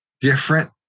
different